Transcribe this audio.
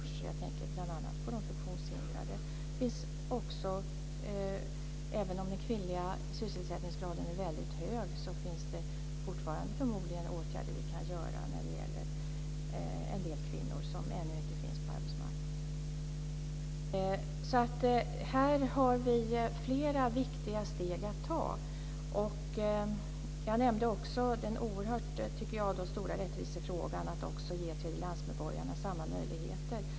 Jag tänker bl.a. på de funktionshindrade. Även om den kvinnliga sysselsättningsgraden är väldigt hög, finns det förmodligen fortfarande åtgärder som vi kan vidta för en del kvinnor som ännu inte finns på arbetsmarknaden. Här har vi flera viktiga steg att ta. Jag nämnde också den oerhört stora, tycker jag, rättvisefrågan, att också ge tredjelandsmedborgare samma möjligheter.